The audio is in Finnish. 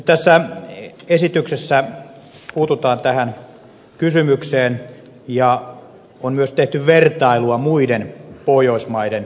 nyt esityksessä puututaan tähän kysymykseen ja on myös tehty vertailua muiden pohjoismaiden käytännöstä